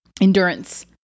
endurance